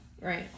Right